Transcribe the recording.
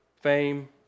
fame